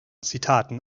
zitaten